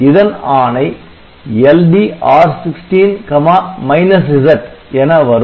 இதன் ஆணை LD R16 Z என வரும்